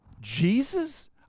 jesus